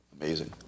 Amazing